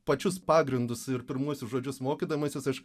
pačius pagrindus ir pirmuosius žodžius mokydamasis aš